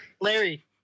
Larry